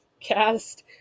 Cast